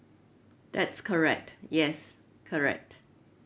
that's correct yes correct